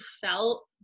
felt